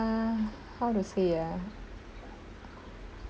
how to say ah